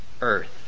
earth